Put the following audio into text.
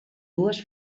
dues